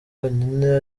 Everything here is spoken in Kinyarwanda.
yonyine